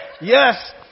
yes